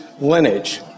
lineage